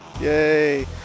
Yay